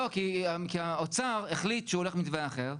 לא, כי האוצר החליט שהוא הולך על מתווה אחר.